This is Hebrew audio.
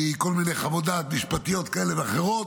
בגלל כל מיני חוות דעת משפטיות כאלה ואחרות.